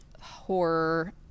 horror